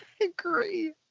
agree